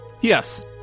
Yes